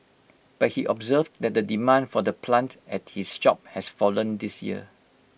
but he observed that the demand for the plant at his shop has fallen this year